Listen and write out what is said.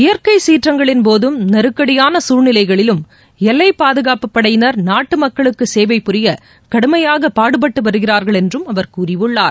இயற்கை சீற்றங்களின்போதும் நெருக்கடியான சூழ்நிலைகளிலும் எல்லைப் பாதுகாப்பு படையினர் நாட்டு மக்களுக்கு சேவை புரிய கடுமையாக பாடுபட்டு வருகிறார்கள் என்றும் அவர் கூறியுள்ளார்